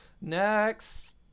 next